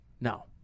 No